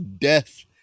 death